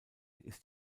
ist